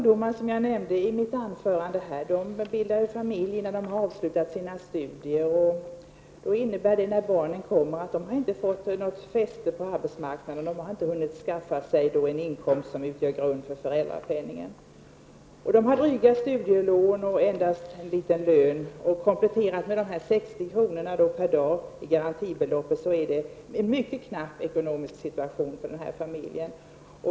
Som jag nämnde i mitt anförande bildar många ungdomar familj innan de har avslutat sina studier. När barnen kommer har de då inte hunnit få något fäste på arbetsmarknaden, de har då inte hunnit skaffat sig en inkomst som utgör grund för föräldrapenningen. De har dryga studielån och endast en liten lön. Kompletterad med de här 60 kronorna per dag i garantibelopp innebär det en mycket knapp ekonomi för familjen.